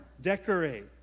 Decorate